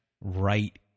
right